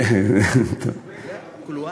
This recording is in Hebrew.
אין יושבי-ראשים.